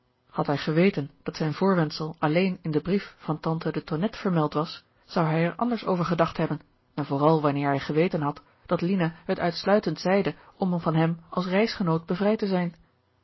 had hij geweten dat zijn voorwendsel alleen in den brief van tante de tonnette vermeld was zou hij er anders over gedacht hebben en vooral wanneer hij geweten had dat lina het uitsluitend zeide om van hem als reisgenoot bevrijd te zijn